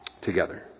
together